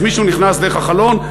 אז מישהו נכנס דרך החלון,